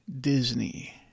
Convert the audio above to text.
Disney